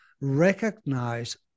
recognize